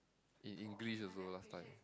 in English also last time